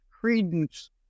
credence